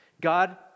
God